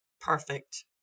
Perfect